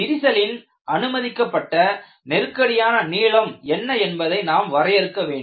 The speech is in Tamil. விரிசலின் அனுமதிக்கப்பட்ட நெருக்கடியான நீளம் என்ன என்பதை நாம் வரையறுக்க வேண்டும்